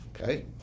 okay